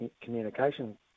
communication